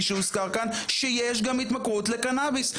שהוזכר כאן ויש גם התמכרות לקנביס.